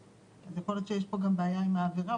אז יכול להיות שיש בעיה עם העבירה.